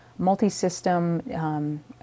Multi-system